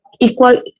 equal